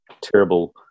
terrible